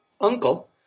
uncle